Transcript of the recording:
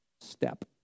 step